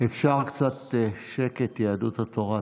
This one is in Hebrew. אפשר קצת שקט, יהדות התורה?